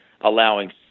allowing